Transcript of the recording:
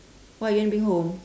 why you want bring home